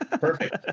perfect